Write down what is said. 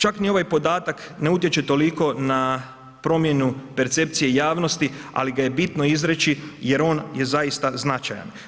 Čak ni ovaj podatak ne utječe toliko na promjenu percepcije javnosti, ali ga je bitno izreći jer on je zaista značajan.